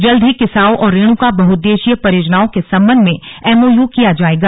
जल्द ही किसाऊ और रेणुका बहउद्देश्यीय परियोजनाओं के सम्बन्ध में एमओयू किया जाएगा